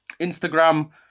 Instagram